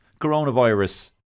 coronavirus